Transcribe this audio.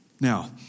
Now